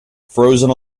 frozen